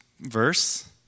verse